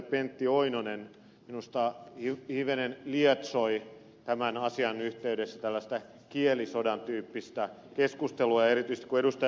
pentti oinonen minusta hivenen lietsoi tämän asian yhteydessä tällaista kielisodan tyyppistä keskustelua ja erityisesti kun ed